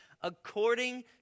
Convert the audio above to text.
according